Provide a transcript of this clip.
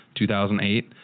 2008